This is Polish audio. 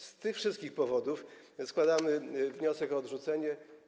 Z tych wszystkich powodów składamy wniosek o odrzucenie.